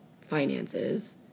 finances